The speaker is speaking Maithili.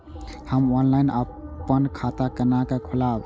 हम ऑनलाइन अपन खाता केना खोलाब?